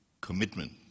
commitment